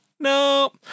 No